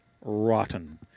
rotten